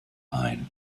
ein